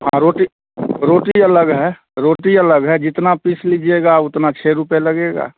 हाँ रोटी रोटी अलग रोटी अलग है जितना पीस लीजिएगा उतना छः रुपये लगेगा